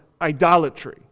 idolatry